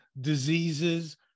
diseases